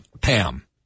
Pam